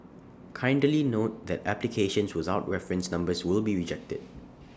kindly note that applications without reference numbers will be rejected